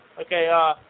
Okay